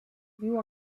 viu